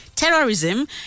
Terrorism